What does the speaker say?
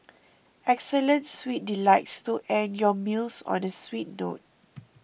excellent sweet delights to end your meals on a sweet note